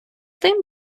тим